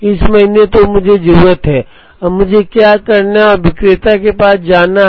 इस महीने तो मुझे जरूरत है अब मुझे क्या करना है और विक्रेता के पास जाना है